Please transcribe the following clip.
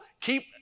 Keep